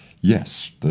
yes